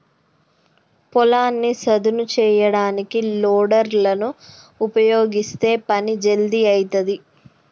పొలాన్ని సదును చేయడానికి లోడర్ లను ఉపయీగిస్తే పని జల్దీ అయితది